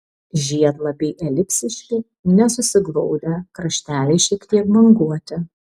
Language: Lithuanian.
žiedlapiai elipsiški nesusiglaudę krašteliai šiek tiek banguoti